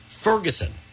Ferguson